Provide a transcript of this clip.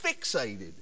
fixated